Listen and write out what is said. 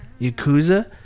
Yakuza